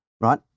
right